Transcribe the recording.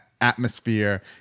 atmosphere